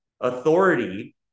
authority